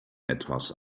etwas